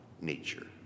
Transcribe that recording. nature